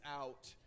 out